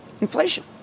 inflation